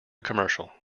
commercial